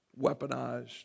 weaponized